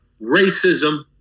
racism